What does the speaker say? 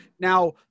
Now